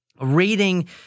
Reading